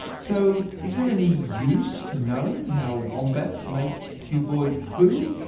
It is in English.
so, is there any use to knowing how wombats make cuboid poo?